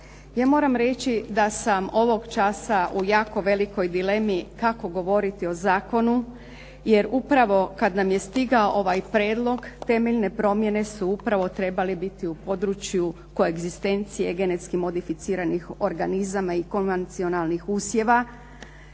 Ja moram reći da sam ovog časa u jako velikoj dilemi kako govoriti o zakonu jer upravo kad nam je stigao ovaj prijedlog temeljne promjene su upravo trebale biti u području koegzistencije genetski modificiranih organizama i konvencionalnih usjeva